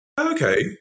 Okay